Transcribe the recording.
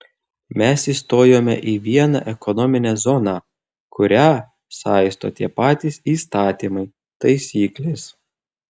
mes įstojome į vieną ekonominę zoną kurią saisto tie patys įstatymai taisyklės